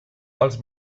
els